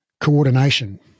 Coordination